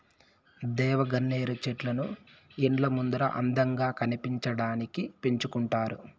దేవగన్నేరు చెట్లను ఇండ్ల ముందర అందంగా కనిపించడానికి పెంచుకుంటారు